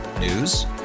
News